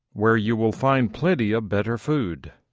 where you will find plenty of better food.